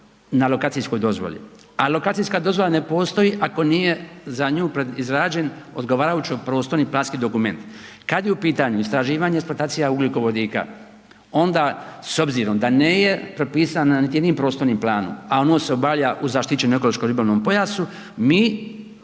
na lokacijskoj dozvoli, a lokacijska dozvola ne postoji ako nije za nju izrađen odgovarajući prostorno-planski dokument. Kada je u pitanju istraživanje i eksploatacija ugljikovodika, onda s obzirom da nije propisana niti jednim prostornim planom, a ono se obavlja u zaštićenom ekološko-ribolovnom pojasu mi